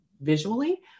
visually